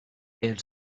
els